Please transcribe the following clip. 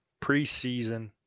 preseason